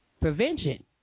Prevention